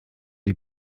die